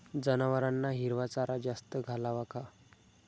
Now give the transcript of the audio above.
जनावरांना हिरवा चारा जास्त घालावा का?